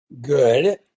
good